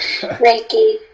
Reiki